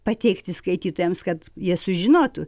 pateikti skaitytojams kad jie sužinotų